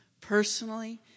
Personally